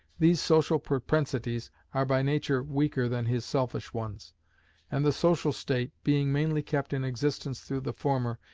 these social propensities are by nature weaker than his selfish ones and the social state, being mainly kept in existence through the former,